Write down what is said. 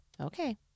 Okay